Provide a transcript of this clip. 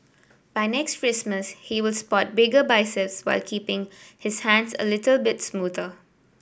by next Christmas he will spot bigger biceps while keeping his hands a little bit smoother